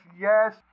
yes